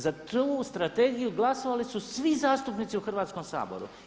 Za tu strategiju glasovali su svi zastupnici u Hrvatskom saboru.